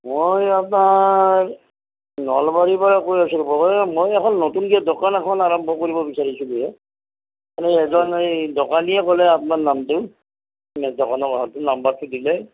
মই আপ্নাৰ নলবাৰীৰ পৰা কৈ আছিলোঁ এই মই এখন নতুনকে দোকান আৰম্ভ কৰিব বিচাৰিছিলোঁ হে মানে এজন এই দোকানীয়ে ক'লে আপোনাৰ নামটো আপোনাৰ দোকানৰ নাম্বাৰটো দিলে